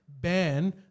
ban